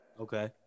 Okay